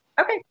Okay